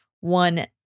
one